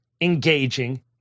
engaging